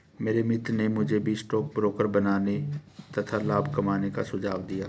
मेरे मित्र ने मुझे भी स्टॉक ब्रोकर बनने तथा लाभ कमाने का सुझाव दिया